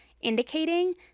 indicating